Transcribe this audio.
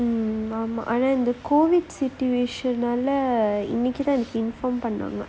mmhmm ஆமா ஆனா இந்த:aamaa aanaa intha COVID situation நால இன்னைக்கு தான் எனக்கு:naala innikku thaan enakku inform பண்ணுனாங்க:pannunaanga